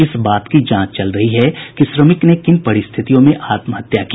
इस बात की जांच चल रही है कि श्रमिक ने किन परिस्थितियों में आत्महत्या की